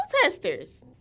protesters